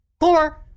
four